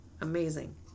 Amazing